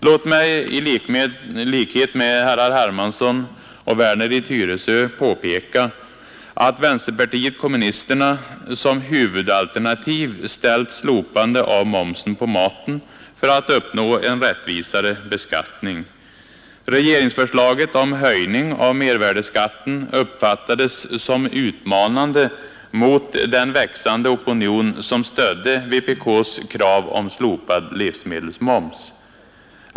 Låt mig i likhet med herrar Hermansson och Werner i Tyresö påpeka att vänsterpartiet kommunisterna som huvudalternativ ställt slopande av momsen på maten för att uppnå en rättvisare beskattning. Regeringsförslaget om höjning av mervärdeskatten uppfattades som utmanande mot den växande opinion som stödde vpk:s krav om slopad livsmedelsmoms.